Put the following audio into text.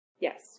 Yes